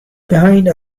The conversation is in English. behind